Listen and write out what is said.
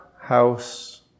house